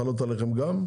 חלות גם על חברת אל על?